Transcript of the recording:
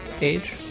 age